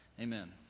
Amen